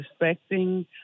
respecting